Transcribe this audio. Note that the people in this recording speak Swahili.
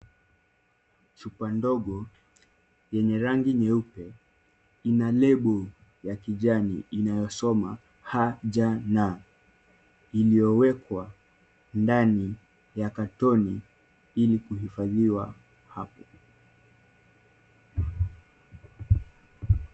Chupa ndogo yenye rangi nyeupe, ina lebo ya kijani inayosoma, HJN inayosoma iliyowekwa ndani ya katoni ili kuhifadhiwa hapo .